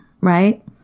right